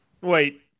Wait